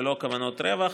שהן ללא כוונות רווח,